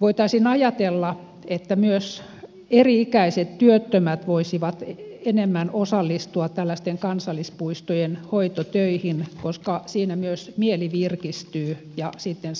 voitaisiin ajatella että myös eri ikäiset työttömät voisivat enemmän osallistua tällaisten kansallispuistojen hoitotöihin koska siinä myös mieli virkistyy ja